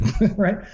right